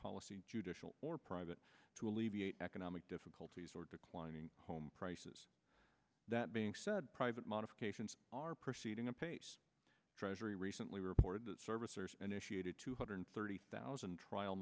policy judicial or private to alleviate economic difficulties or declining home prices that being said private modifications are proceeding apace treasury recently reported that servicers initiated two hundred thirty thousand trial